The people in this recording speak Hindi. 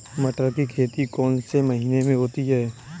मटर की खेती कौन से महीने में होती है?